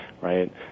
right